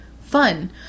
Fun